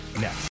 next